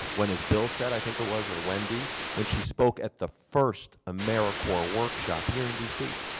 when as bill said i think it was or wendy when she spoke at the first americorps workshop here in d c.